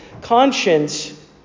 conscience